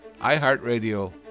iHeartRadio